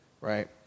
right